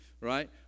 right